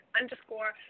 underscore